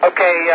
Okay